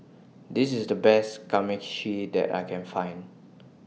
This IS The Best Kamameshi that I Can Find